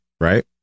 Right